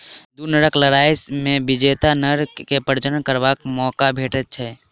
दू नरक लड़ाइ मे विजेता नर के प्रजनन करबाक मौका भेटैत छै